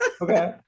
okay